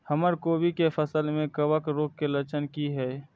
हमर कोबी के फसल में कवक रोग के लक्षण की हय?